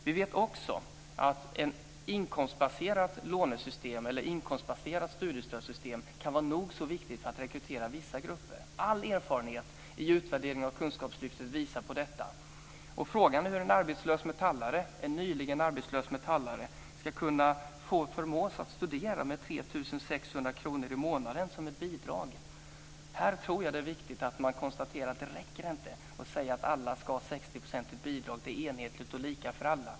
Vi vet också att ett inkomstbaserat studiestödssystem kan vara nog så viktigt för att rekrytera vissa grupper. All erfarenhet i samband med utvärdering av Kunskapslyftet visar på detta. Frågan är hur en nyligen arbetslös metallare ska kunna förmås att studera med 3 600 kr i månaden som bidrag. Här tror jag att det är viktigt att konstatera att det inte räcker att säga att alla ska ha ett 60-procentigt bidrag och att det är enhetligt och lika för alla.